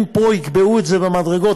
אם פה יקבעו את זה במדרגות,